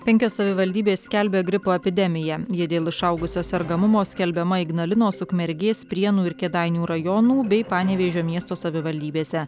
penkios savivaldybės skelbia gripo epidemiją ji dėl išaugusio sergamumo skelbiama ignalinos ukmergės prienų ir kėdainių rajonų bei panevėžio miesto savivaldybėse